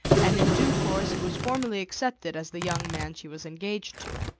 and in due course he was formally accepted as the young man she was engaged to.